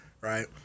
right